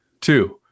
two